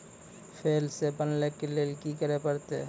फेर सॅ बनबै के लेल की करे परतै?